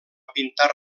pintar